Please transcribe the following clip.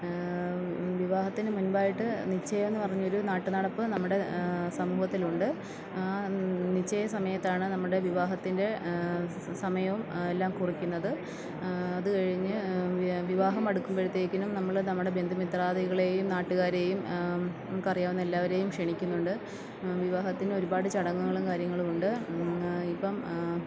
വിവാഹത്തിന് മുന്പായിട്ട് നിശ്ചയം എന്ന് പറഞ്ഞ ഒരു നാട്ടുനടപ്പ് നമ്മുടെ സമൂഹത്തിലുണ്ട് നിശ്ചയ സമയത്താണ് നമ്മുടെ വിവാഹത്തിന്റെ സമയവും എല്ലാം കുറിക്കുന്നത് അത് കഴിഞ്ഞ് വിവാഹം അടുക്കുമ്പോഴത്തേക്കും നമ്മൾ നമ്മുടെ ബന്ധുമിത്രാധികളെയും നാട്ടുകാരെയും നമുക്ക് അറിയാവുന്ന എല്ലാവരെയും ക്ഷണിക്കുന്നുണ്ട് വിവാഹത്തിന് ഒരുപാട് ചടങ്ങുകളും കാര്യങ്ങളും ഉണ്ട് ഇപ്പം